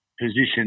position